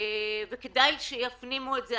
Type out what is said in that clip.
וכדאי שאנשים יפנימו את זה.